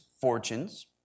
fortunes